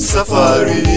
Safari